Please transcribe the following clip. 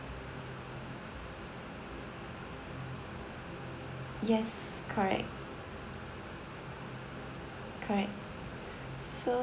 yes correct correct so